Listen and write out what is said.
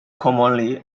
commonly